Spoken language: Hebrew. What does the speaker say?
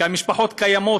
כי המשפחות קיימות,